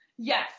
Yes